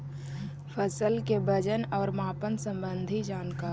फसल के वजन और मापन संबंधी जनकारी?